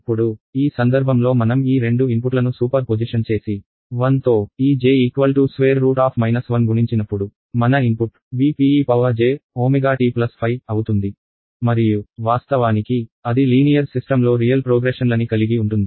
అప్పుడు ఈ సందర్భంలో మనం ఈ రెండు ఇన్పుట్లను సూపర్ పొజిషన్ చేసి 1 తో ఈ j √ 1 గుణించినప్పుడు మన input V p ej ω t అవుతుంది మరియు వాస్తవానికి అది లీనియర్ సిస్టమ్లో రియల్ ప్రోగ్రెషన్ లని కలిగి ఉంటుంది